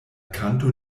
kanto